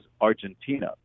Argentina